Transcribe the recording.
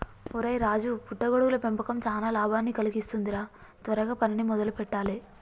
ఒరై రాజు పుట్ట గొడుగుల పెంపకం చానా లాభాన్ని కలిగిస్తుంది రా త్వరగా పనిని మొదలు పెట్టాలే